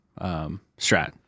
Strat